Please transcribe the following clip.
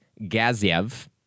Gaziev